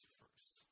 first